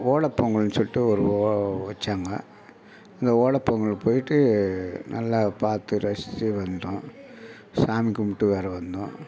ஓலை பொங்கல்னு சொல்லிட்டு ஒரு ஓ வைச்சாங்க அந்த ஓலை பொங்கலை போய்விட்டு நல்லா பார்த்து ரசிச்சுவிட்டு வந்துட்டோம் சாமி கும்பிட்டு வேறு வந்தோம்